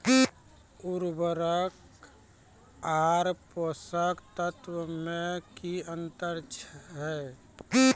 उर्वरक आर पोसक तत्व मे की अन्तर छै?